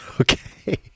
Okay